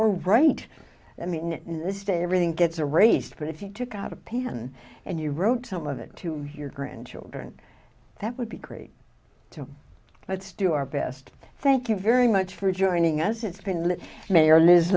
or write i mean it in this day everything gets a raised but if you took out a pen and you wrote some of it to your grandchildren that would be great too let's do our best thank you very much for joining us it's been lit mayor li